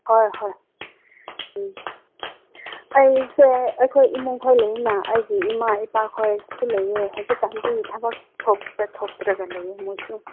ꯍꯣꯏ ꯍꯣꯏ ꯎꯝ ꯑꯩꯁꯦ ꯑꯩꯈꯣꯏ ꯏꯃꯨꯡꯃꯈꯩ ꯂꯣꯏꯅ ꯑꯩꯒꯤ ꯏꯃꯥ ꯏꯄꯥꯈꯣꯏ ꯂꯩꯌꯦ ꯍꯧꯖꯤꯛꯀꯥꯟꯗꯤ ꯊꯕꯛ ꯊꯣꯛ ꯆꯠꯊꯣꯛꯇ꯭ꯔꯒ ꯂꯩꯌꯦ ꯃꯈꯣꯏꯁꯨ